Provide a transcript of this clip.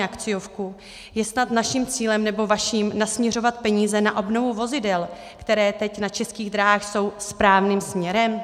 Je snad naším cílem, nebo vaším, nasměřovat peníze na obnovu vozidel, která teď na Českých drahách jsou, správným směrem?